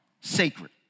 sacred